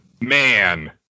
Man